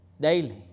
daily